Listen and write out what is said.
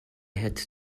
had